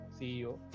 ceo